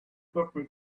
purple